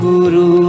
Guru